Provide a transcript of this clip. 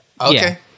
Okay